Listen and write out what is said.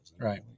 right